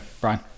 brian